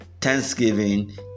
thanksgiving